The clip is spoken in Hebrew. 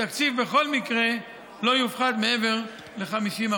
התקציב, בכל מקרה, לא יופחת מעבר ל-50%.